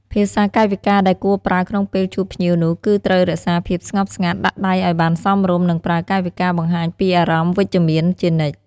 ភាសាកាយវិការដែលគួរប្រើក្នុងពេលជួបភ្ញៀវនោះ គឺត្រូវរក្សាភាពស្ងប់ស្ងាត់ ដាក់ដៃឲ្យបានសមរម្យ និងប្រើកាយវិការបង្ហាញពីអារម្មណ៍វិជ្ជមានជានិច្ច។